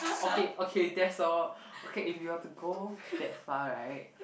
okay okay that's all okay if you were to go that far right